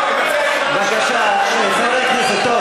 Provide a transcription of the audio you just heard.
בבקשה, חברי הכנסת.